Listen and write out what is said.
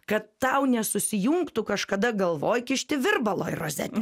kad tau nesusijungtų kažkada galvoj kišti virbalą į rozetę